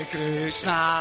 Krishna